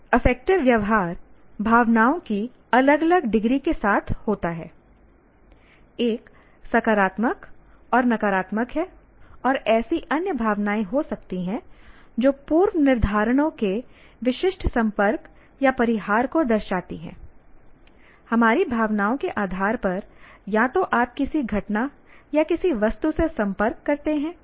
affective व्यवहार भावनाओं की अलग अलग डिग्री के साथ होता है एक सकारात्मक और नकारात्मक है और ऐसी अन्य भावनाएं हो सकती हैं जो पूर्वनिर्धारणों के विशिष्ट संपर्क या परिहार को दर्शाती हैं हमारी भावनाओं के आधार पर या तो आप किसी घटना या किसी वस्तु से संपर्क करते हैं या उससे बचते हैं